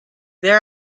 there